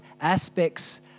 aspects